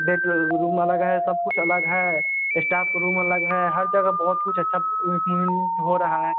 bed room अलग है सब कुछ अलग है एश्टाफ़ रूम अलग है हर जगह बहुत कुछ अच्छा इम्प्रूवमंट हो रहा है